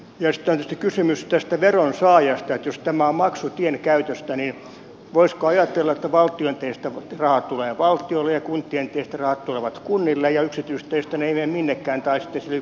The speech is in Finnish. jos tämä on maksu tien käytöstä niin voisiko ajatella että valtion teistä rahat tulevat valtiolle ja kuntien teistä rahat tulevat kunnille ja yksityisteistä ne eivät mene minnekään tai sitten sille yksityistien pitäjälle